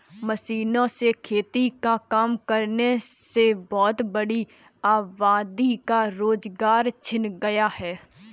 मशीनों से खेती का काम होने से बहुत बड़ी आबादी का रोजगार छिन गया है